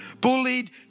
bullied